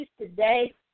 today